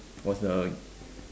was a